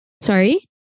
Sorry